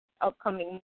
upcoming